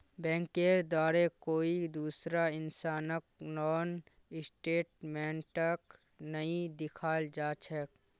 बैंकेर द्वारे कोई दूसरा इंसानक लोन स्टेटमेन्टक नइ दिखाल जा छेक